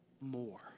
more